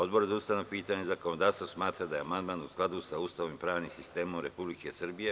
Odbor za ustavna pitanja i zakonodavstvo smatra da je amandman u skladu sa Ustavom i pravnim sistemom Republike Srbije.